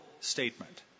statement